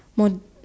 more